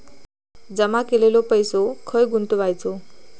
जमा केलेलो पैसो खय गुंतवायचो?